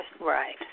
Right